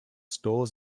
stores